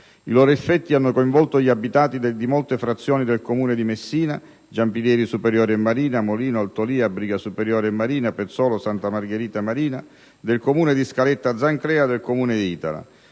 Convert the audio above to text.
I loro effetti hanno coinvolto gli abitati di molte frazioni del Comune di Messina (Giampilieri Superiore e Marina, Molino, Altolia, Briga Superiore e Marina, Pezzolo, Santa Margherita Marina), del Comune di Scaletta Zanclea e del Comune di Itala,